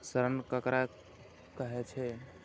ऋण ककरा कहे छै?